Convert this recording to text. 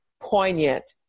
poignant